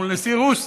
מול נשיא רוסיה,